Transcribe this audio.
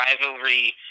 rivalry